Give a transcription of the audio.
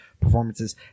performances